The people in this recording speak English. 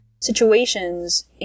situations